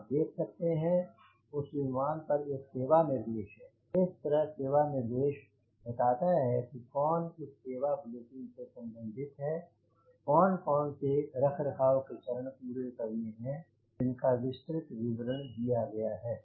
आप देख सकते हैं उस विमान पर एक सेवा निर्देश है इस तरह सेवा निर्देश बताता है कि कौन इस सेवा बुलेटिन से संबंधित कौन कौन से रख रखाव के चरण पूरे करने हैं जिनका विस्तृत विवरण दिया गया है